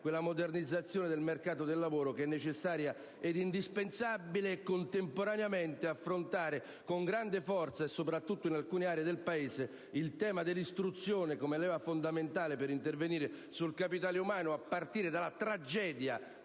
quella modernizzazione del mercato del lavoro che è necessaria ed indispensabile, e contemporaneamente affrontare, con grande forza e soprattutto in alcune aree del Paese, il tema dell'istruzione come leva fondamentale per intervenire sul capitale umano, a partire dalla tragedia